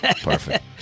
Perfect